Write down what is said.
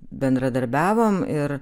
bendradarbiavom ir